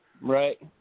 Right